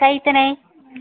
काही तर नाही